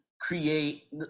create –